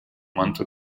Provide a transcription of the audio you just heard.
monte